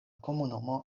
komunumo